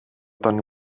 τον